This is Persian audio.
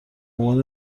عنوان